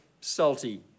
salty